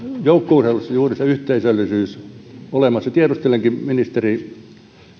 joukkueurheilussa on juuri se yhteisöllisyys olemassa tiedustelenkin ministeri